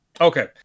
okay